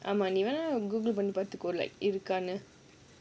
ஆமா நீ வேணா:aamaa nee venaa Google பண்ணி பார்த்துக்கோ இருக்கானு:panni paarthukko irukkaanu